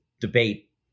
debate